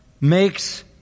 makes